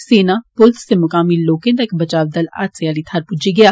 सेना पुलस ते मुकामी लोकें दा इक बचाव दल हादसे आली थाहर पुज्जी गेआ